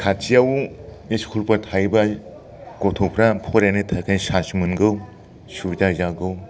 खाथियाव इस्कुलफोर थायोबा गथ'फ्रा फरायनो थाखाय चान्स मोनगौ सुबिदा जागौ